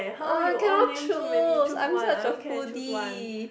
uh cannot choose I am such a foodie